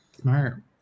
smart